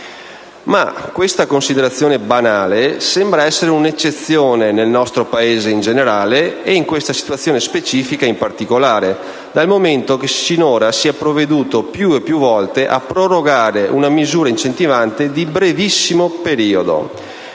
Ma questa considerazione banale sembra essere un'eccezione nel nostro Paese, in generale e in questa situazione specifica in particolare, dal momento che sinora si è provveduto più e più volte a prorogare una misura incentivante di brevissimo periodo,